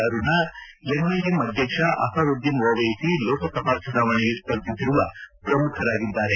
Aruna MIM ಅಧ್ಯಕ್ಷ ಅಸಾದುದ್ದೀನ್ ಓವೈಸಿ ಲೋಕಸಭಾ ಚುನಾವಣೆಗೆ ಸ್ಪರ್ಧಿಸಿರುವ ಪ್ರಮುಖರಾಗಿದ್ದಾರೆ